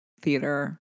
theater